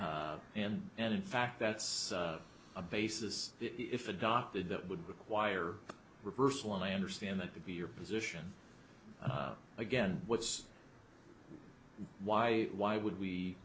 and and in fact that's a basis if adopted that would require a reversal and i understand that to be your position again what's why why would we